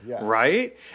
Right